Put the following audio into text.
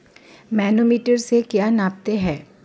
Manometer से क्या नापते हैं?